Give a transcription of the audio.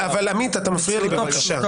עמית, אתה מפריע לי, בבקשה.